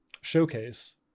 showcase